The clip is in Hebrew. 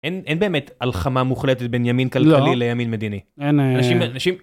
אין באמת הלחמה מוחלטת בין ימין כלכלי לימין מדיני. אנשים...